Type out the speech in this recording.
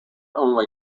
only